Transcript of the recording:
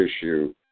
issue